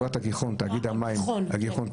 הגיחון של ירושלים.